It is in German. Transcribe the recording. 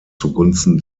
zugunsten